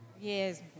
Yes